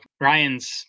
Ryan's